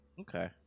Okay